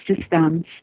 systems